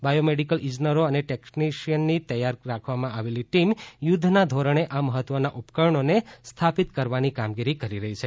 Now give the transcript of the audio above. biomedical ઇજનેરો અને ટેકનિશીયનની તૈયાર રાખવામાં આવેલી ટીમ યુદ્ધના ધોરણે આ મહત્વના ઉપકરણોને સ્થાપિત કરવાની કામગીરી કરી રહ્યા છે